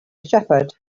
shepherd